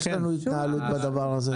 יש לנו התנהלות בדבר הזה.